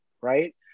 right